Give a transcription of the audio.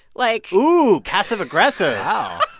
like. ooh, passive-aggressive wow